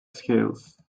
scales